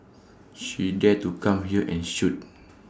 she dare to come here and shoot